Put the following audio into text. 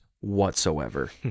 whatsoever